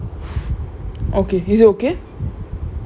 oh okay okay okay okay mmhmm